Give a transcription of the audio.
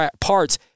parts